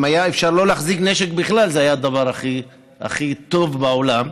אם היה אפשר שלא להחזיק נשק בכלל זה היה הדבר הכי טוב בעולם,